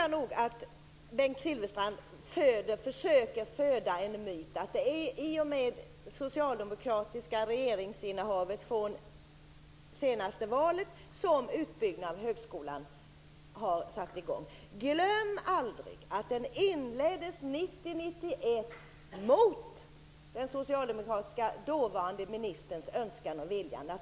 Jag tycker att Bengt Silfverstrand försöker nära en myt att det är i och med det socialdemokratiska regeringsinnehavet från det senaste valet som utbyggnaden av högskolan har satt i gång. Glöm aldrig att den inleddes 1990/91 mot den dåvarande socialdemokratiska ministerns önskan och vilja!